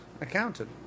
accountant